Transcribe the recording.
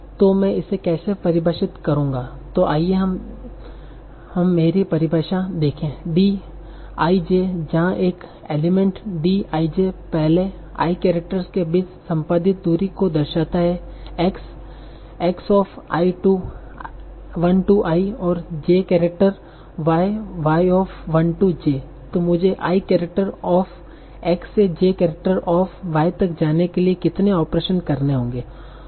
तो मैं इसे कैसे परिभाषित करूंगा तो आइए हम मेरी परिभाषा देखें D जहां एक एलीमेंट D i j पहले i केरैक्टर के बीच संपादित दूरी को दर्शाता है X X1i और j करैक्टर Y Y1j तो मुझे i केरैक्टर ऑफ़ X से j केरैक्टर ऑफ़ y तक जाने के लिए कितने ऑपरेशन करने होंगे